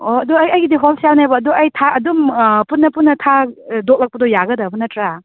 ꯑꯣ ꯑꯗꯨ ꯑꯩꯒꯤꯗꯤ ꯍꯣꯜ ꯁꯦꯜꯅꯦꯕ ꯑꯗꯨ ꯑꯩ ꯑꯗꯨꯝ ꯄꯨꯟꯅ ꯄꯨꯟꯅ ꯊꯥ ꯗꯣꯛꯂꯛꯄꯗꯣ ꯌꯥꯒꯗꯕ ꯅꯠꯇ꯭ꯔꯥ